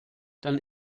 dann